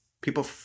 People